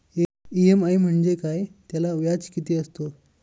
EMI म्हणजे काय? त्याला व्याज किती असतो?